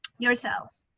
yourselves.